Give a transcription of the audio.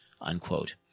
unquote